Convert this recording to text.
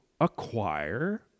acquire